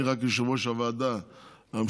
אני רק יושב-ראש הוועדה המשותפת,